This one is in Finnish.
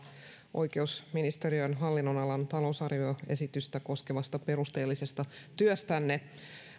oikeusministeriön hallinnonalan talousarvioesitystä koskevasta perusteellisesta työstänne